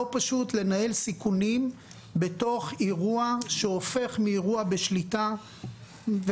לא פשוט לנהל סיכונים בתוך אירוע שהופך מאירוע בשליטה לאירוע של איבוד